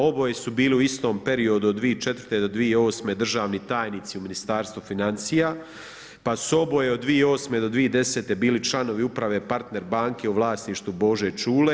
Oboje su bili u istom periodu od 2004. do 2008. državni tajnici u Ministarstvu financija, pa su oboje od 2008. do 2010. bili članovi Uprave Partner banke u vlasništvu Bože Čule.